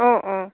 অঁ অঁ